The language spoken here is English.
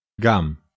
Gum